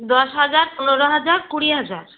দশ হাজার পনেরো হাজার কুড়ি হাজার